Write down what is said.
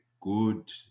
good